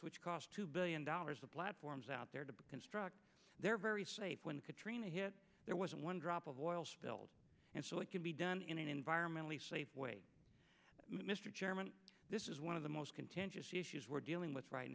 which cost two billion dollars the platforms out there to construct they're very safe when katrina hit there wasn't one drop of oil spills and so it can be done in an environmentally safe way mr chairman this is one of the most contentious issues we're dealing with right